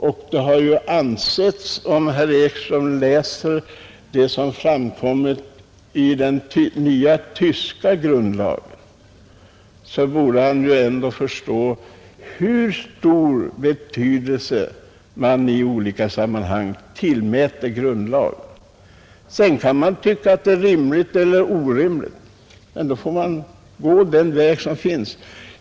Om herr Ekström läser vad som har framkommit i den nya tyska grundlagen, borde han förstå hur stor betydelse man i olika sammanhang tillmäter grundlagen. Man kan tycka att det är rimligt eller orimligt, men man får gå den väg som finns.